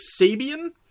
Sabian